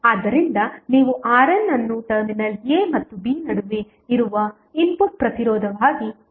ಆದ್ದರಿಂದ ನೀವು RNಅನ್ನು ಟರ್ಮಿನಲ್ a ಮತ್ತು b ನಡುವೆ ಇರುವ ಇನ್ಪುಟ್ ಪ್ರತಿರೋಧವಾಗಿ ಪಡೆಯುತ್ತೀರಿ